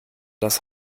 das